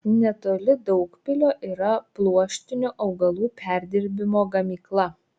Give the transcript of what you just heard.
netoli daugpilio yra pluoštinių augalų perdirbimo gamykla